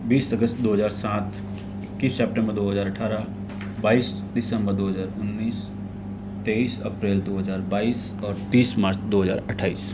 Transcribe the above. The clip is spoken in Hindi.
बीस अगस्त दो हज़ार सात इक्कीस सितम्बर दो हज़ार अट्ठरह बाइस दिसंबर दो हज़ार उन्नीस तेईस अप्रैल दो हज़ार बाईस और तीस मार्च दो हज़ार अट्ठाईस